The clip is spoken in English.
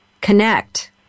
connect